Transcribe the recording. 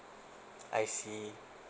I see